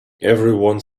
everyone